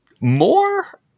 more